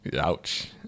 Ouch